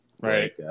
Right